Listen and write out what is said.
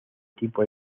tipo